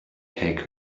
take